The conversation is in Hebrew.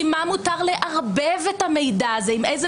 עם מה מותר לערבב את המידע הזה?